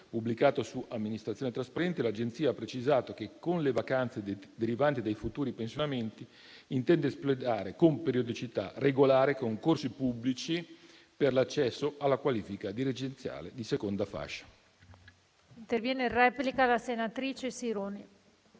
Sezione amministrazione trasparente, l'Agenzia ha precisato che, con le vacanze derivanti dai futuri pensionamenti, intende espletare con periodicità regolare concorsi pubblici per l'accesso alla qualifica dirigenziale di seconda fascia. PRESIDENTE. Ha facoltà di intervenire in replica la senatrice Sironi,